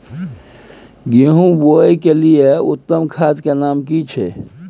गेहूं बोअ के लिये उत्तम खाद के नाम की छै?